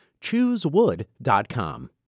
Choosewood.com